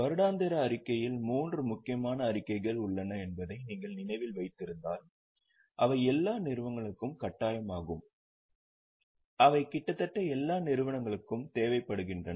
வருடாந்திர அறிக்கையில் மூன்று முக்கியமான அறிக்கைகள் உள்ளன என்பதை நீங்கள் நினைவில் வைத்திருந்தால் அவை எல்லா நிறுவனங்களுக்கும் கட்டாயமாகும் அவை கிட்டத்தட்ட எல்லா நிறுவனங்களுக்கும் தேவைப்படுகின்றன